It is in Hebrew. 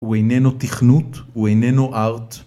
ואיננו תכנות ואיננו ארט